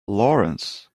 lawrence